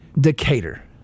Decatur